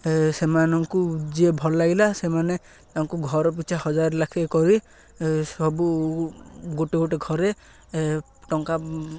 ସେମାନଙ୍କୁ ଯିଏ ଭଲ ଲାଗିଲା ସେମାନେ ତାଙ୍କୁ ଘର ପିଛା ହଜାର ଲାଖେ କରି ସବୁ ଗୋଟେ ଗୋଟେ ଘରେ ଟଙ୍କା